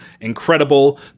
incredible